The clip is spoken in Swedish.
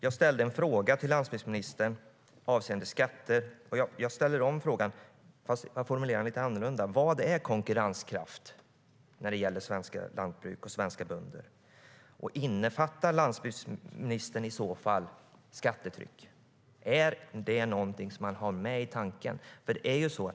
Jag ställde en fråga till landsbygdsministern avseende skatter, och jag ställer frågan en gång till och formulerar den lite annorlunda: Vad är konkurrenskraft när det gäller svenska lantbruk och svenska bönder? Innefattar landsbygdsministern skattetryck i detta? Är det någonting som man har med i tanken?